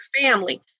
family